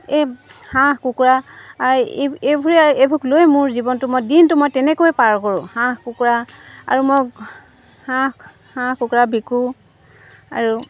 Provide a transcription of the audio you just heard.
এই হাঁহ কুকুৰা এই এইবোৰে এইবোৰক লৈ মোৰ জীৱনটো মই দিনটো মই তেনেকৈয়ে পাৰ কৰোঁ হাঁহ কুকুৰা আৰু মই হাঁহ হাঁহ কুকুৰা বিকোঁ আৰু